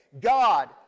God